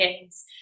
kids